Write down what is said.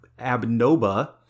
Abnoba